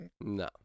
No